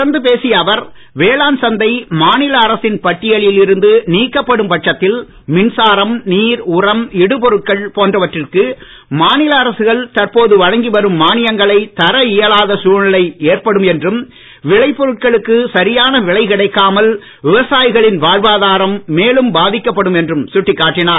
தொடர்ந்து பேசிய அவர் வேளாண் சந்தை மாநில அரசின் பட்டியலில் இருந்து நீக்கப்படும் பட்சத்தில் மின்சாரம் நீர் உரம் இடுபொருட்கள் போன்றவற்றிக்கு மாநில அரசுகள் தற்போது வழங்கி வரும் மானியங்களை தர இடயலாத சூழ்நிலை ஏற்படும் என்றும் விளை பொருட்களுக்கு சரியான விலை கிடைக்காமல் விவசாயிகளின் வாழ்வாதாரம் மேலும் பாதிக்கப்படும் என்றும் சுட்டிக்காட்டினார்